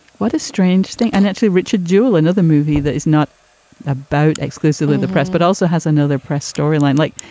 what a strange thing. and actually, richard jewel, another movie that is not about exclusively the press, but also has another press storyline like,